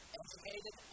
educated